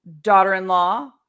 daughter-in-law